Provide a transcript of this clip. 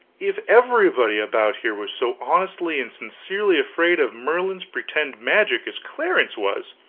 if everybody about here was so honestly and sincerely afraid of merlin's pretended magic as clarence was,